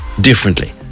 differently